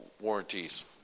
warranties